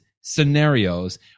scenarios